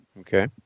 Okay